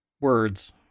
Words